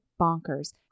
bonkers